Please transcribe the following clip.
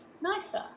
nicer